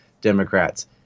Democrats